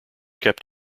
kept